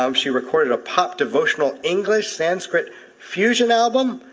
um she recorded a pop devotional english-sanskrit fusion album.